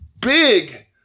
big